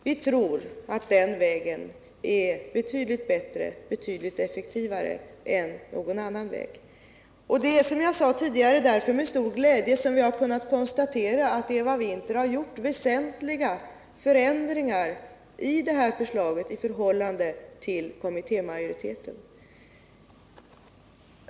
Vi tror att den vägen är betydligt effektivare än någon annan väg. Det är därför, som jag sade tidigare, med stor glädje vi har kunnat konstatera att Eva Winther har företagit väsentliga förändringar i kommittémajoritetens förslag.